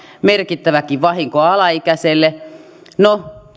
merkittäväkin vahinko alaikäiselle no tietysti